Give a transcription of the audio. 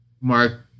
Mark